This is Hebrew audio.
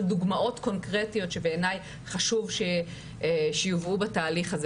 דוגמאות קונקרטיות שבעיניי חשוב שיובאו בתהליך הזה.